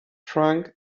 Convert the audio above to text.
trunk